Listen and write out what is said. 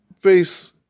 face